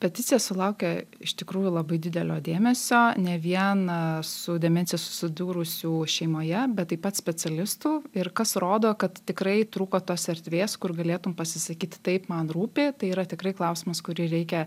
peticija sulaukė iš tikrųjų labai didelio dėmesio ne vieną su demencija susidūrusių šeimoje bet taip pat specialistų ir kas rodo kad tikrai trūko tos erdvės kur galėtum pasisakyt taip man rūpi tai yra tikrai klausimas kurį reikia